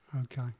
Okay